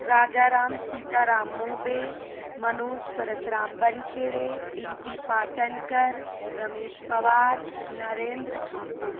Rajaram Sitaram Mobe Manoj Parshuram Wankhede Dimpi Patankar Ramesh Pawar Narendra Thakur